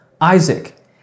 Isaac